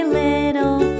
little